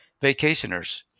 vacationers